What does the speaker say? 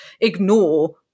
ignore